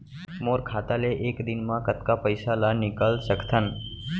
मोर खाता ले एक दिन म कतका पइसा ल निकल सकथन?